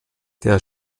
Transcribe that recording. der